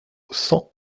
cent